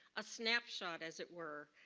a snapshot as it were,